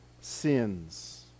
sins